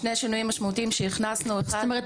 שני שינויים מהותיים שהכנסנו --- זאת אומרת,